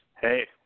Hey